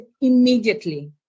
immediately